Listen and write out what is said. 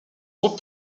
groupe